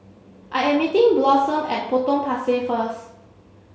I am meeting Blossom at Potong Pasir first